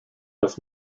dass